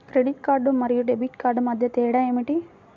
Credit card మరియు debit card మధ్య తేడా ఏమిటి?